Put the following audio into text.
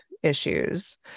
Issues